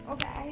Okay